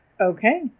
Okay